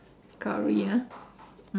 curry ah